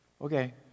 Okay